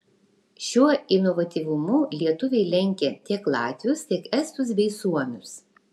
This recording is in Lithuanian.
šiuo inovatyvumu lietuviai lenkia tiek latvius tiek estus bei suomius